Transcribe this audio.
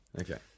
Okay